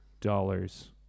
dollars